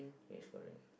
yes correct